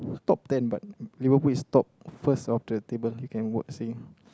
top ten but you know who is top first of the table you can go and see